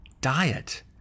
diet